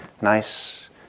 nice